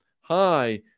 Hi